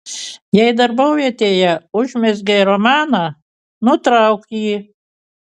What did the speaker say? jei darbovietėje užmezgei romaną nutrauk jį